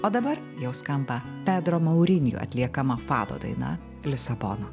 o dabar jau skamba pedro maurinio atliekama pado daina lisabona